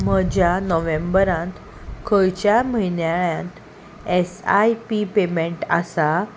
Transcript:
म्हज्या नोव्हेंबरांत खंयच्या म्हयन्याळ्यांत एस आय पी पेमेंट आसा